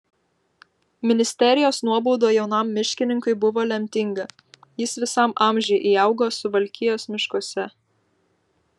ministerijos nuobauda jaunam miškininkui buvo lemtinga jis visam amžiui įaugo suvalkijos miškuose